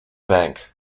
bank